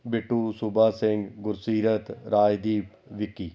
Bittu Suba Singh Gursirat Rajdeep Vicky